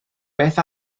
beth